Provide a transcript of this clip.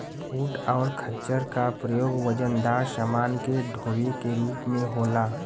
ऊंट और खच्चर का प्रयोग वजनदार समान के डोवे के रूप में होला